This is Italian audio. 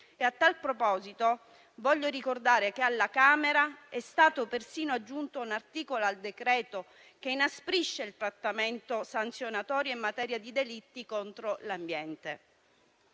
A tal proposito, voglio ricordare che alla Camera è stato persino aggiunto un articolo al decreto che inasprisce il trattamento sanzionatorio in materia di delitti contro l'ambiente.